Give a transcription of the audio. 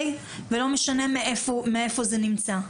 ולא משנה מאיפה זה נמצא.